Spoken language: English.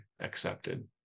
accepted